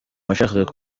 washakaga